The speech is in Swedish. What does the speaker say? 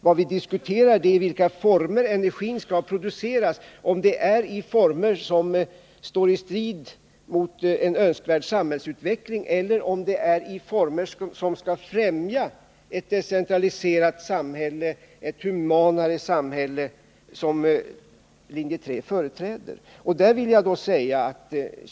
Vad vi diskuterar är i vilka former energin skall produceras, om det är i former som står i strid mot en önskvärd samhällsutveckling eller om det är i former som skall främja ett decentraliserat samhälle, ett humanare samhälle, som linje 3 företräder.